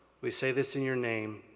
we say this in your name.